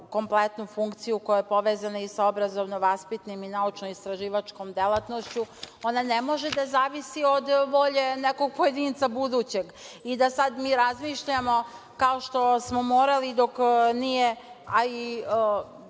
kompletnu funkciju koja je povezana i sa obrazovno-vaspitnom i naučno-istraživačkom delatnošću, ona ne može da zavisi od volje nekog pojedinca budućeg i da sada mi razmišljamo, kao što smo morali dok nije,